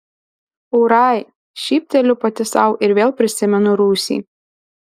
ūrai šypteliu pati sau ir vėl prisimenu rūsį